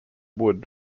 wood